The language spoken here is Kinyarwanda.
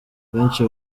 benshi